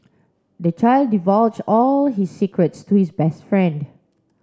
the child divulge all his secrets to his best friend